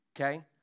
okay